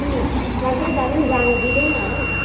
उम् जान्छ कि जाँदैन जानु दिँदैन होला हौ